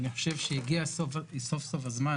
אני חושב שהגיע סוף-סוף הזמן